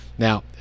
Now